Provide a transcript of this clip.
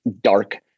dark